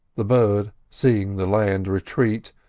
the bird, seeing the land retreat,